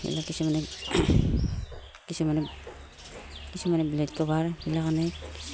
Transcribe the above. সেইবিলাক কিছুমানে কিছুমানে কিছুমানে বেড কভাৰ এইবিলাক আনে